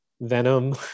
Venom